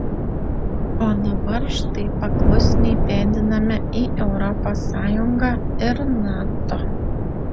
o dabar štai paklusniai pėdiname į europos sąjungą ir nato